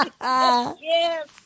Yes